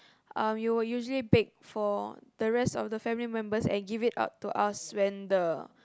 um you would usually bake for the rest of the family members and give it up to us when the